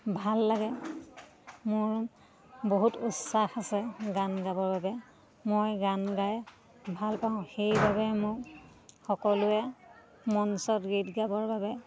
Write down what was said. ভাল লাগে মোৰ বহুত উৎসাহ আছে গান গাবৰ বাবে মই গান গাই ভাল পাওঁ সেইবাবে মোক সকলোৱে মঞ্চত গীত গাবৰ বাবে